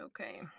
okay